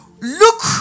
Look